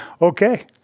Okay